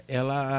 ela